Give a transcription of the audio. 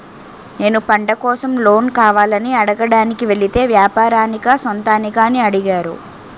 నేను పంట కోసం లోన్ కావాలని అడగడానికి వెలితే వ్యాపారానికా సొంతానికా అని అడిగారు